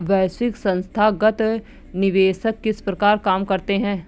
वैश्विक संथागत निवेशक किस प्रकार काम करते हैं?